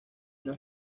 una